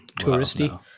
touristy